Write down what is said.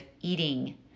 eating